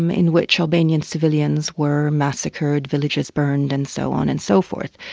um in which albanian civilians were massacred, villages burned and so on and so forth.